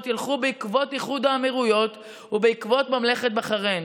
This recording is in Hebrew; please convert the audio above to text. ילכו בעקבות איחוד האמירויות ובעקבות ממלכת בחריין.